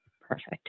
Perfect